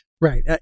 Right